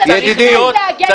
אתה צריך --- ידידי,